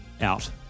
out